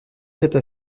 cette